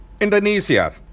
Indonesia